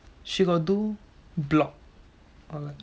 she got do blog or like